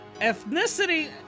ethnicity